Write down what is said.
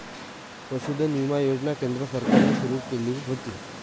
पशुधन विमा योजना केंद्र सरकारने सुरू केली होती